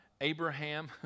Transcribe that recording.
Abraham